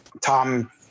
Tom